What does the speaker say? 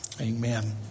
amen